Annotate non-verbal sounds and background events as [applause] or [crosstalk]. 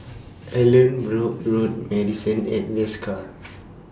[noise] Allanbrooke Road Marrison At Desker